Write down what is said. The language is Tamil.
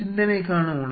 சிந்தனைக்கான உணவு